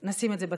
נשים את זה בצד,